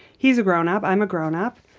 he's a grown-up. i'm a grown-up.